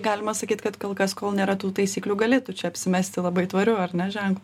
galima sakyti kad kol kas kol nėra tų taisyklių galėtų čia apsimesti labai tvariu ar ne ženklu